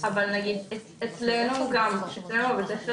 אבל נגיד אצלנו גם בבית ספר